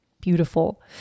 beautiful